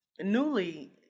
newly